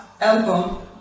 album